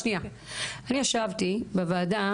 אני ישבתי בוועדה,